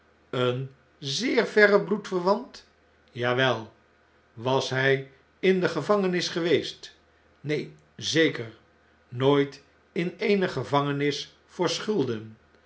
een zeer verre bloedverwant f ja wel was hij in de gevangenis geweest neen zeker nooit in eene gevangenis voor schulden